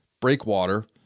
breakwater